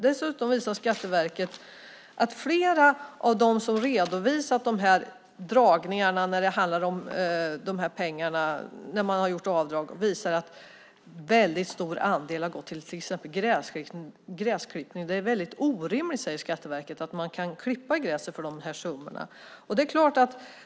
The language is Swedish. Dessutom visar Skatteverket att en väldigt stor andel av pengarna i samband med de avdrag som har redovisats har gått till att fixa gräsklippning. Det är orimligt, säger Skatteverket, att man kan klippa gräset för de här summorna.